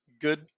Good